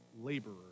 laborer